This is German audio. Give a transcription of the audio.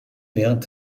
während